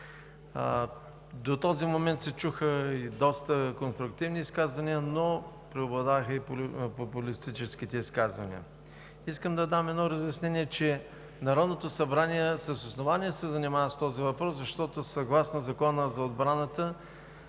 До този момент се чуха и доста конструктивни изказвания, но преобладаваха и популистките изказвания. Искам да дам едно разяснение, че Народното събрание с основание се занимава с този въпрос, защото съгласно Закона за отбраната